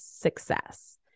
success